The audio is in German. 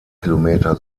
kilometer